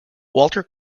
walter